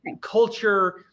culture